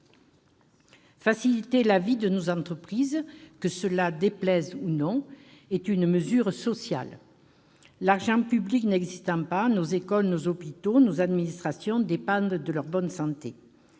Faciliter la vie de nos entreprises, que cela plaise ou non, est une mesure sociale. L'argent public n'existant pas, nos écoles, nos hôpitaux, nos administrations dépendent de leur bonne santé.